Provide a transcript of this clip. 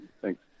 Thanks